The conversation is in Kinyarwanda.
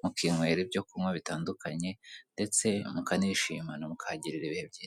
mukinywera ibyo kunywa bitandukanye ndetse mukanishimana mukahagirira ibihe byiza.